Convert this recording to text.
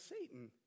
Satan